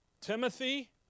Timothy